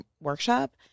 workshop